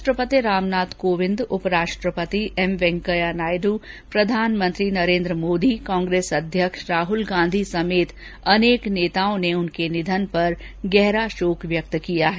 राष्ट्रपति रामनाथ कोविंद उपराष्ट्रपति एम वेंकैया नायडू प्रधानमंत्री नरेन्द्र मोदी कांग्रेस अध्यक्ष राहुल गांधी समेत अनेक नेताओं ने उनके निधन पर गहरा शोक व्यक्त किया है